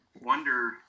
wonder